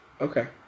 Okay